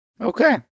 Okay